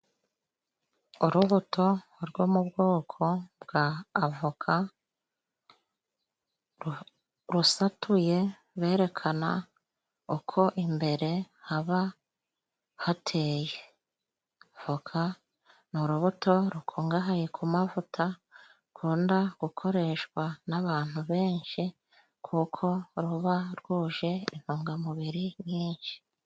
Urubuto rwo mu bwoko bwa avoka rusatuye berekana uko imbere haba hateye. Voka ni urubuto rukungahaye ku mavuta rukunda gukoreshwa n'abantu benshi kuko ruba rwuje intungamubiri nyinshi.